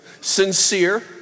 Sincere